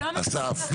אסף.